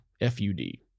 F-U-D